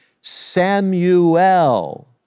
Samuel